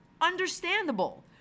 Understandable